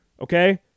okay